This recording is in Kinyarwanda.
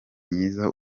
myiza